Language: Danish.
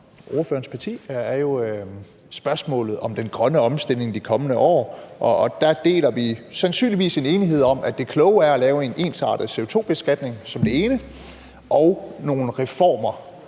ordførerens parti er spørgsmålet om den grønne omstilling de kommende år, og der deler vi sandsynligvis en enighed om, at det kloge er at lave en ensartet CO2-beskatning som det ene og nogle reformer,